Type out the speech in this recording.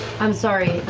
i'm sorry.